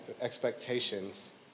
Expectations